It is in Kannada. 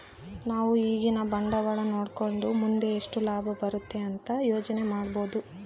ನಾವು ಈಗಿನ ಬಂಡವಾಳನ ನೋಡಕಂಡು ಮುಂದೆ ಎಷ್ಟು ಲಾಭ ಬರುತೆ ಅಂತ ಯೋಚನೆ ಮಾಡಬೋದು